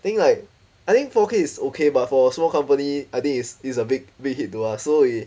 think like I think four K is okay but for small company I think it's it's a big big hit to us so we